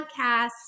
podcast